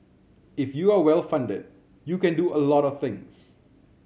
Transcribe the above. if you are well funded you can do a lot of things